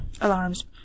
alarms